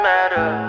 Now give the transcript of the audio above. Matter